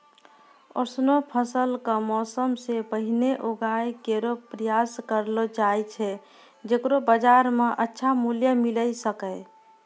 ऑसनो फसल क मौसम सें पहिने उगाय केरो प्रयास करलो जाय छै जेकरो बाजार म अच्छा मूल्य मिले सके